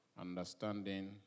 Understanding